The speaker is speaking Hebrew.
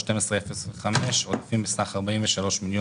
בנתניה,